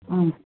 ம்